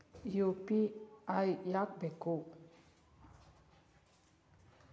UPI ಯಾಕ್ ಬೇಕು?